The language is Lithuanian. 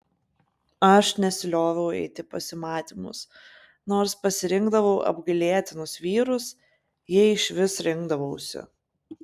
aš nesilioviau eiti į pasimatymus nors pasirinkdavau apgailėtinus vyrus jei išvis rinkdavausi